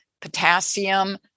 potassium